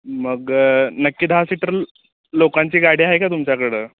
मग नक्की दहा सीटर लोकांची गाडी आहे का तुमच्याकडं